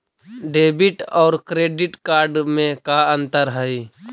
Debit और credit card में का अंतर हइ?